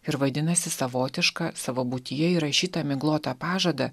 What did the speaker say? ir vadinasi savotišką savo būtyje įrašytą miglotą pažadą